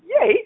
yay